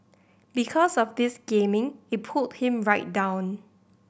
because of this gaming it pulled him right down